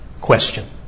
question